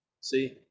see